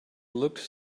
looked